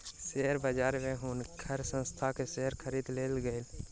share बजार में हुनकर संस्थान के शेयर खरीद लेल गेल